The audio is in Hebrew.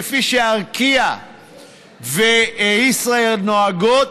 כפי שארקיע וישראייר נוהגות,